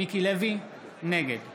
מיקי לוי, נגד